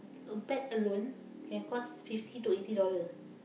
a bag alone can cost fifty to eighty dollar